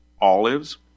olives